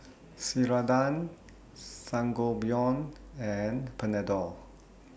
Ceradan Sangobion and Panadol